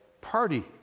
party